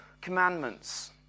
commandments